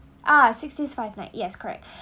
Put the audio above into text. ah six day five night yes correct